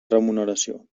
remuneració